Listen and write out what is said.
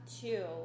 two